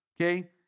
okay